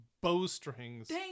bowstrings